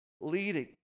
leading